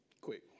quick